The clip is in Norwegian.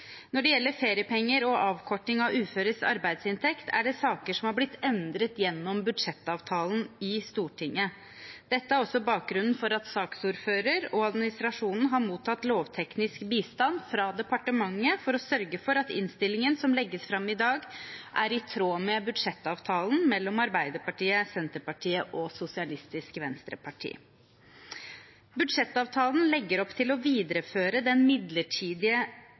Når det gjelder feriepenger og avkorting av uføres arbeidsinntekt, er det saker som har blitt endret gjennom budsjettavtalen i Stortinget. Dette er også bakgrunnen for at saksordføreren og administrasjonen har mottatt lovteknisk bistand fra departementet, for å sørge for at innstillingen som legges fram i dag, er i tråd med budsjettavtalen mellom Arbeiderpartiet, Senterpartiet og Sosialistisk Venstreparti. Budsjettavtalen legger opp til å videreføre den midlertidige